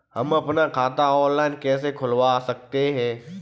हम अपना खाता ऑनलाइन कैसे खुलवा सकते हैं?